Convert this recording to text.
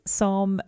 som